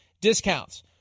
discounts